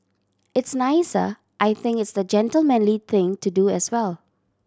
it's nicer I think it's the gentlemanly thing to do as well